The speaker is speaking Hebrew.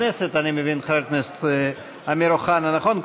הכנסת, אני מבין, חבר הכנסת אמיר אוחנה, נכון?